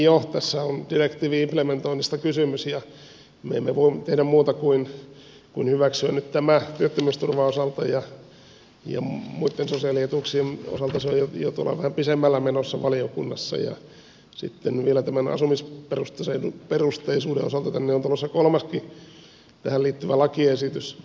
tässähän on direktiivin implementoinnista kysymys ja me emme voi tehdä muuta kuin hyväksyä nyt tämän työttömyysturvan osalta ja muitten sosiaalietuuksien osalta se on jo tuolla vähän pidemmällä menossa valiokunnassa ja sitten vielä tämän asumisperusteisuuden osalta tänne on tulossa kolmaskin tähän liittyvä lakiesitys